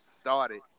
started